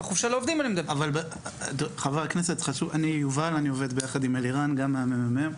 אני יובל, אני עובד עם לירן גם מה-ממ"מ.